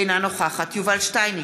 אינה נוכחת יובל שטייניץ,